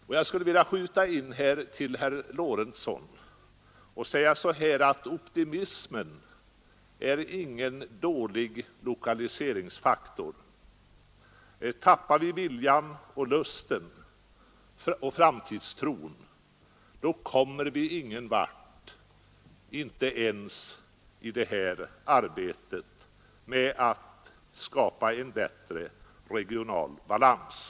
Optimismen, herr Lorentzon, är ingen dålig lokaliseringsfaktor. Tappar vi viljan, lusten och framtidstron, då kommer vi ingen vart — inte ens i vårt arbete med att försöka skapa en bättre regional balans.